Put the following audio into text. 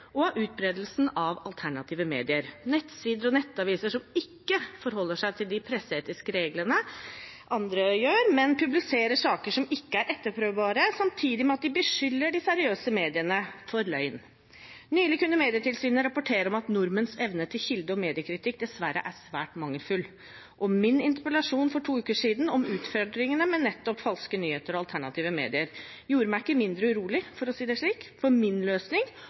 og utbredelsen av alternative medier – nettsider og nettaviser som ikke forholder seg til de presseetiske reglene, som andre gjør, men publiserer saker som ikke er etterprøvbare, samtidig med at de beskylder de seriøse mediene for løgn. Nylig kunne Medietilsynet rapportere om at nordmenns evne til kilde- og mediekritikk dessverre er svært mangelfull, og min interpellasjon for to uker siden om utfordringene med nettopp falske nyheter og alternative medier gjorde meg ikke mindre urolig, for å si det slik. For min løsning